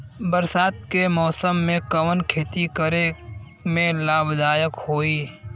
बरसात के मौसम में कवन खेती करे में लाभदायक होयी?